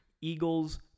Eagles